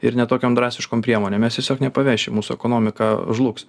ir ne tokiom drastiškom priemonėm mes tiesiog nepavešim mūsų ekonomika žlugs